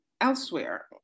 elsewhere